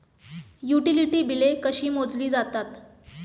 Utility बिले कशी मोजली जातात?